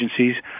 agencies